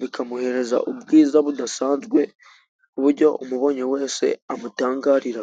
bikamuhereza ubwiza budasanzwe, ku buryo umubonye wese amutangarira.